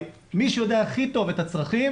מי שיודע הכי טוב את הצרכים